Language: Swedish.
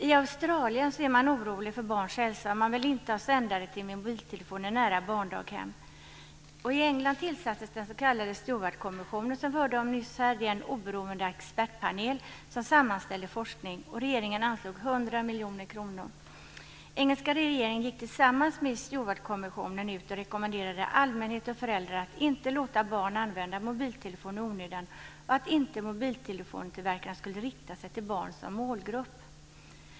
I Australien är man orolig för barns hälsa. Man vill inte ha sändare till mobiltelefoner nära barndaghem. I England tillsattes den s.k. Stewartkommissionen som vi hörde om nyss. Det är en oberoende expertpanel som sammanställer forskning. Regeringen anslog 100 miljoner kronor. Den engelska regeringen gick tillsammans med Stewartkommissionen ut och rekommenderade allmänhet och föräldrar att inte låta barn använda mobiltelefoner i onödan och att mobiltelefontillverkarna inte skulle rikta sig till barn som målgrupp.